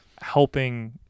helping